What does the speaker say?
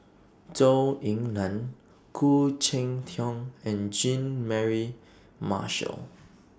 Zhou Ying NAN Khoo Cheng Tiong and Jean Mary Marshall